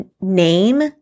name